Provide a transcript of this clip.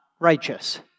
Righteous